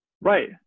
right